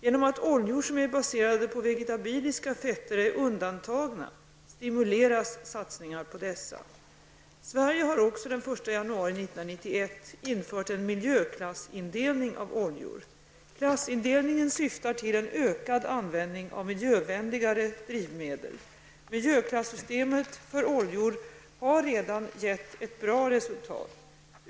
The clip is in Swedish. Genom att oljor som är baserade på vegetabiliska fetter är undantagna stimuleras satsningar på dessa. Sverige har också den 1 januari 1991 infört en miljöklassindelning av oljor. Klassindelningen syftar till en ökad användning av miljövänligare drivmedel. Miljöklassystemet för oljor har redan gett ett bra resultat.